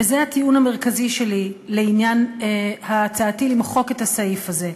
וזה הטיעון המרכזי שלי לעניין הצעתי למחוק את הסעיף הזה.